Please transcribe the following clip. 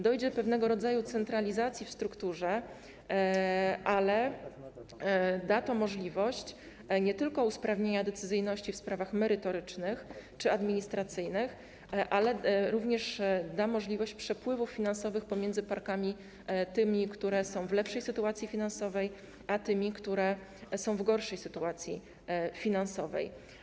Dojdzie do pewnego rodzaju centralizacji w strukturze, co da możliwość nie tylko usprawnienia decyzyjności w sprawach merytorycznych czy administracyjnych, ale również przepływów finansowych pomiędzy tymi parkami, które są w lepszej sytuacji finansowej, a tymi, które są w gorszej sytuacji finansowej.